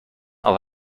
i’ll